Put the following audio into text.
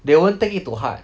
they won't take it to heart